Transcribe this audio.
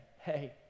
Hey